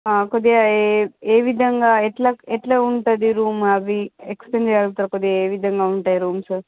కొద్దిగా ఏ ఏ విధంగా ఎట్ల ఎట్ల ఉంటుంది రూమ్ అవీ ఎక్స్ప్లెయిన్ చేయగలుగుతారా కొద్దిగా ఏ విధంగా ఉంటాయి రూమ్స్